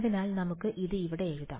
അതിനാൽ നമുക്ക് ഇത് ഇവിടെ എഴുതാം